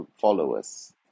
followers